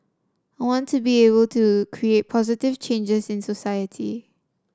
I want to be able to create positive changes in society